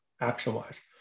action-wise